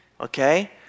okay